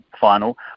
final